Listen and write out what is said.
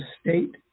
state